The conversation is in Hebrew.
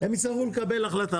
הם יצטרכו לקבל החלטה.